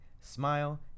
Smile